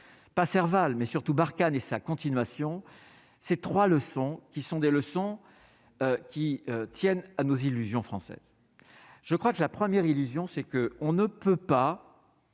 pas Serval, mais surtout Barkhane et sa continuation ces 3 leçons qui sont des leçons qui tiennent à nos illusions françaises, je crois que la première illusion c'est que on ne peut pas